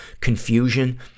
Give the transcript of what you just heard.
confusion